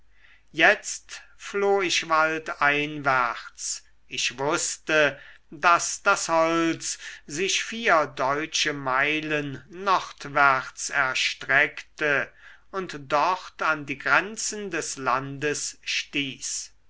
jetzt floh ich waldeinwärts ich wußte daß das holz sich vier deutsche meilen nordwärts erstreckte und dort an die grenzen des landes stieß